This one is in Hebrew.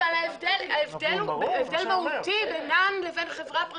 אבל ההבדל הוא הבדל מהותי בינה לבין חברה פרטית אחרת.